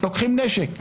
לוקחים נשק.